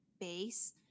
base